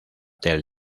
del